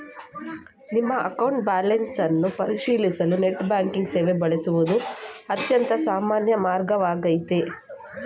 ನಿಮ್ಮ account balance ಅನ್ನ ಪರಿಶೀಲಿಸಲು ನೆಟ್ ಬ್ಯಾಂಕಿಂಗ್ ಸೇವೆ ಬಳಸುವುದು ಅತ್ಯಂತ ಸಾಮಾನ್ಯ ಮಾರ್ಗವಾಗೈತೆ